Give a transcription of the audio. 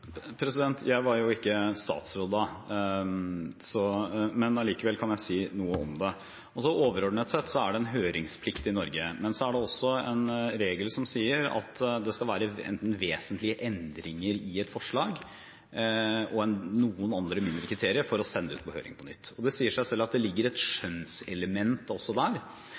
Jeg var ikke næringsminister da, men allikevel kan jeg si noe om det. Overordnet sett er det en høringsplikt i Norge. Men så er det også en regel som sier at det skal være vesentlige endringer i et forslag og noen andre ulike kriterier for å sende det ut på høring på nytt. Det sier seg selv at det ligger et skjønnselement også der.